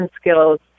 skills